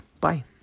Bye